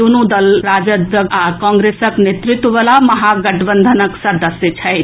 दूनु दल राजद आ कांग्रेसक नेतृत्ववला महागठबंधनक सदस्य छथि